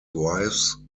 wives